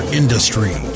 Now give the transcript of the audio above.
industry